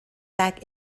back